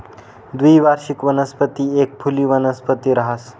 द्विवार्षिक वनस्पती एक फुली वनस्पती रहास